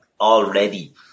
already